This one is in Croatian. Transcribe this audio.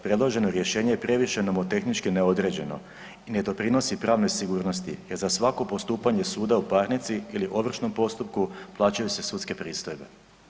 Predloženo rješenje je previše nomotehnički neodređeno i ne doprinosi pravnoj sigurnosti jer za svako postupanje suda u parnici ili ovršnom postupku plaćaju se sudske pristojbe.